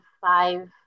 five